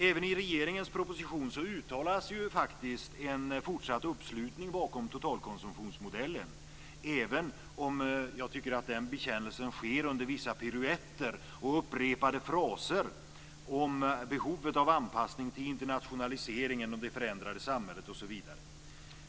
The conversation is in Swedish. Även i regeringens proposition uttalas en fortsatt uppslutning bakom totalkonsumtionsmodellen, även om jag tycker att den bekännelsen sker under vissa piruetter och upprepade fraser om behovet av anpassning till internationaliseringen, det förändrade samhället, osv.